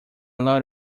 lot